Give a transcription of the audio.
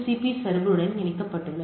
B சர்வருடன் இணைக்கப்பட்டுள்ளது